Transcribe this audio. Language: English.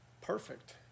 perfect